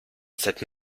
cette